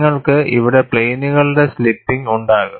നിങ്ങൾക്ക് ഇവിടെ പ്ലെയിനുകളുടെ സ്ലിപ്പിങ് ഉണ്ടാകും